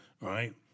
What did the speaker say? right